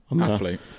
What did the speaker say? Athlete